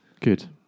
Good